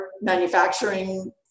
manufacturing